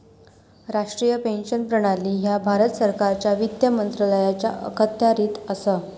राष्ट्रीय पेन्शन प्रणाली ह्या भारत सरकारच्या वित्त मंत्रालयाच्या अखत्यारीत असा